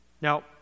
Now